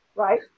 Right